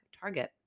Target